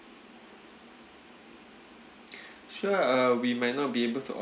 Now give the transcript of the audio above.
sure uh we might not be able to